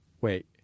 wait